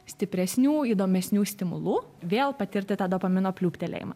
stipresnių įdomesnių stimulų vėl patirti tą dopamino pliūptelėjimą